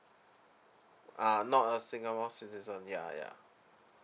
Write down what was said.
ah not a singapore citizen ya ya